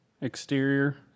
Exterior